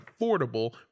affordable